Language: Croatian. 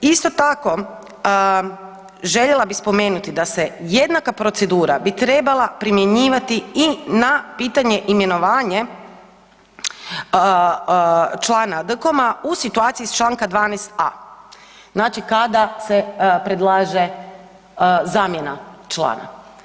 Isto tako željela bi spomenuti da se jednaka procedura bi trebala primjenjivati i na pitanje imenovanje člana DKOM-a u situaciji iz čl. 12.a., znači kada se predlaže zamjena člana.